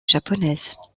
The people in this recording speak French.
japonaise